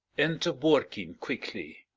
enter borkin quickly.